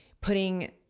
putting